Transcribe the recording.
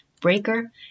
Breaker